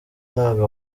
ntabwo